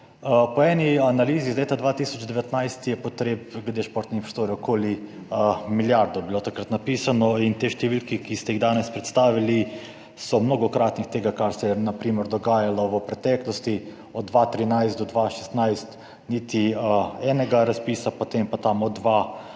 Po eni analizi iz leta 2019 je potreb glede športne infrastrukture za okoli milijardo, to je bilo takrat napisano. In te številke, ki ste jih danes predstavili, so mnogokratnik tega, kar se je na primer dogajalo v preteklosti. Od leta 2013 do 2016 niti enega razpisa, potem pa maksimalno